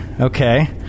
okay